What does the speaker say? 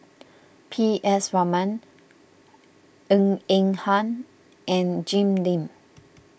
P S Raman Ng Eng Hen and Jim Lim